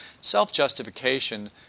Self-justification